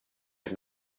are